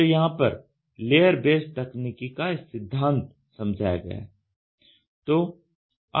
तो यहां पर लेयर बेस्ड तकनीकी का सिद्धांत समझाया गया है